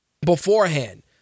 beforehand